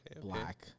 Black